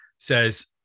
says